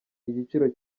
igiciro